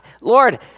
Lord